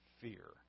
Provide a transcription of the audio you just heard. fear